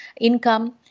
income